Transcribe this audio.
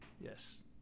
Yes